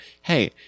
hey